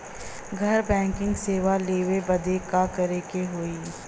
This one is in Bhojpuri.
घर बैकिंग सेवा लेवे बदे का करे के होई?